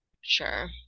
sure